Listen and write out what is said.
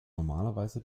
normalerweise